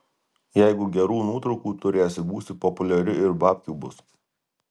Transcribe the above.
jeigu gerų nuotraukų turėsi būsi populiari ir babkių bus